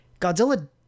Godzilla